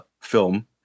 film